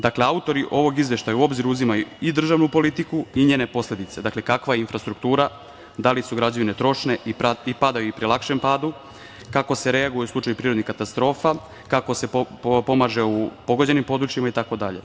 Dakle, autori ovog izveštaja u obzir uzimaju i državnu politiku i njene posledice, dakle, kakve je infrastruktura, da li su građevine trošne i padaju i pri lakšem padu, kako se reaguje u slučaju prirodnih katastrofa, kako se pomaže u pogođenim područjima, itd.